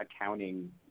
accounting